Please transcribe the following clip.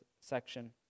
section